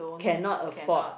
cannot afford